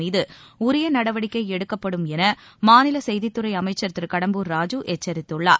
மீதஉரியநடவடிக்கைஎடுக்கப்படும் எனமாநிலசெய்தித்துறைஅமைச்சர் திருகடம்பூர் ராஜி எச்சரித்துள்ளார்